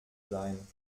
sein